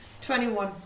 Twenty-one